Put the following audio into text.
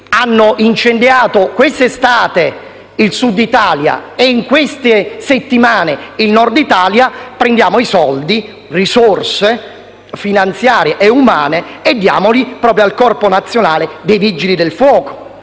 hanno incendiato, la scorsa estate, il Sud Italia e, in queste settimane, il Nord Italia, prendiamo i soldi, le risorse finanziarie e umane e diamoli al Corpo nazionale dei vigili del fuoco